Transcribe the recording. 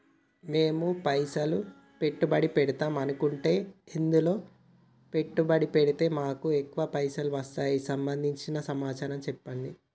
మేము పైసలు పెట్టుబడి పెడదాం అనుకుంటే ఎందులో పెట్టుబడి పెడితే మాకు ఎక్కువ పైసలు వస్తాయి సంబంధించిన సమాచారం చెప్పండి?